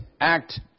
act